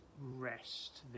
rest